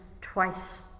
twice